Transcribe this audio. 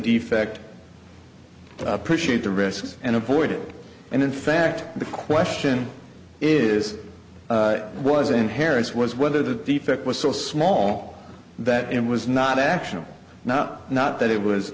defect appreciate the risks and avoid it and in fact the question is was in harris was whether the defect was so small that it was not actionable not not that it was